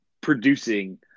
producing